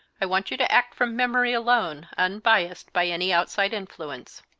i want you to act from memory alone, unbiased by any outside influence.